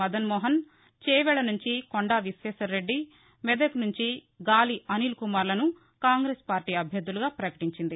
మదన్ మోహన్ చేవెళ్ల నుంచి కొండ విశ్వేశ్వర్ రెడ్డి మెదక్ నుంచి గాలి అనిల్ కుమార్లను కాంగ్రేసు పార్టీ అభ్యర్దులుగా పకటించింది